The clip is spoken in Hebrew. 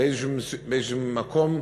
באיזשהו מקום,